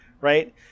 right